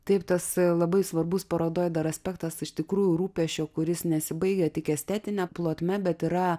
taip tas labai svarbus parodoj dar aspektas iš tikrųjų rūpesčio kuris nesibaigia tik estetine plotme bet yra